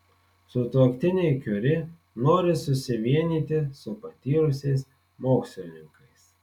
sutuoktiniai kiuri nori susivienyti su patyrusiais mokslininkais